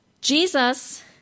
Jesus